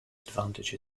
advantage